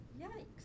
yikes